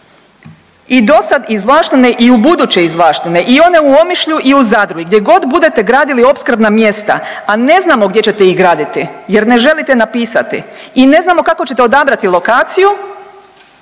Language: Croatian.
i do sada izvlaštene i ubuduće izvlaštene i one u Omišlju, i u Zadru i gdje god budete gradili opskrbna mjesta a ne znamo gdje ćete ih graditi jer ne želite napisati i ne znamo kako ćete odabrati lokaciju